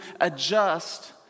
adjust